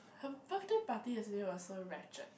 her birthday party yesterday was so rachet